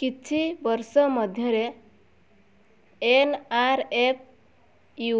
କିଛି ବର୍ଷ ମଧ୍ୟରେ ଏନ୍ ଆର୍ ଏଫ୍ ୟୁ